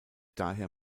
daher